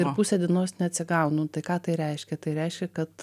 ir pusę dienos neatsigaunu nu tai ką tai reiškia tai reiškia kad